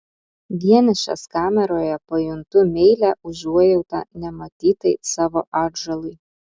vienišas kameroje pajuntu meilią užuojautą nematytai savo atžalai